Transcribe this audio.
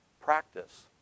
practice